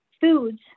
foods